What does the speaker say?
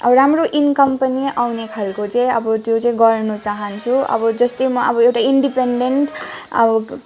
राम्रो इन्कम पनि आउने खालको चाहिँ अब त्यो चाहिँ गर्नु चहान्छु अब जस्तै म अब एउटा इन्डिपेन्डेन्ट अब